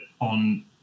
on